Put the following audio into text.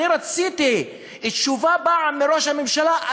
אני רציתי פעם מראש הממשלה תשובה,